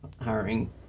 hiring